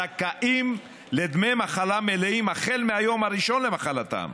זכאים לדמי מחלה מלאים החל מהיום הראשון למחלתם.